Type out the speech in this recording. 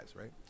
right